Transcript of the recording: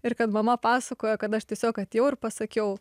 ir kad mama pasakojo kad aš tiesiog atėjau ir pasakiau